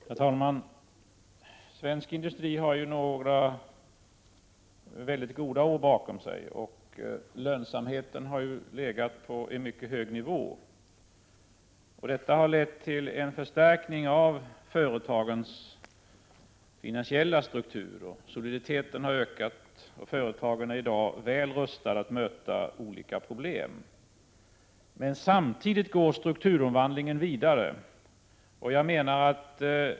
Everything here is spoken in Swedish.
Herr talman! Svensk industri har några mycket goda år bakom sig. Lönsamheten har legat på en mycket hög nivå. Detta har lett till en förstärkning av företagens finansiella struktur. Soliditeten har ökat, och företagen är i dag väl rustade att möta olika problem. Samtidigt går strukturomvandlingen vidare.